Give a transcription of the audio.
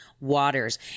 Waters